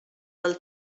del